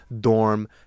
Dorm